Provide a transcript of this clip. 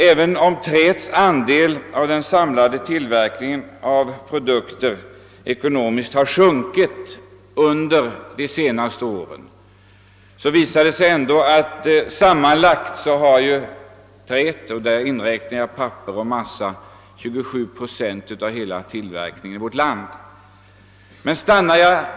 Även om träets andel av den samlade tillverkningen av produkter värdemässigt har sjunkit under de senaste åren svarar träet — och däri inräknar jag papper och massa — för 27 procent av hela tillverkningsvärdet.